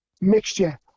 mixture